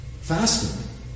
Fasting